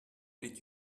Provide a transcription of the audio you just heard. did